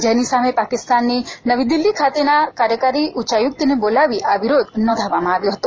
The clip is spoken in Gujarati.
જેની સામે પાકિસ્તાનના નવી દિલ્હી ખાતેના કાર્યકારી ઉચ્ચાયુક્તને બોલાવીને આ વિરોધ નોંધાવવામાં આવ્યો હતો